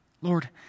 Lord